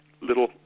little